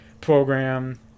program